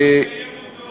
אתה לא מקיים אותו.